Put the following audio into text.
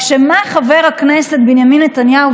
תציג את הצעת החוק חברת הכנסת שרן